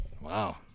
Wow